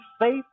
faith